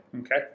Okay